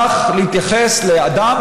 כך להתייחס לאדם,